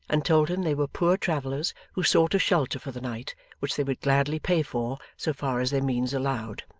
and told him they were poor travellers who sought a shelter for the night which they would gladly pay for, so far as their means allowed.